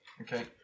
okay